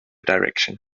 direction